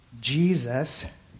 Jesus